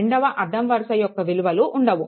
రెండవ అడ్డం వరుస యొక్క విలువలు ఉండవు